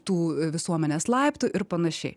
tų visuomenės laiptų ir panašiai